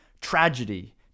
tragedy